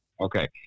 Okay